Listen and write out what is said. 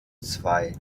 zwei